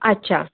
अच्छा